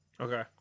Okay